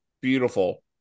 Beautiful